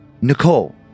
Nicole